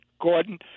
Gordon